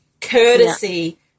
courtesy